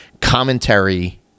Commentary